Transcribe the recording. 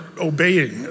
obeying